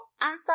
answer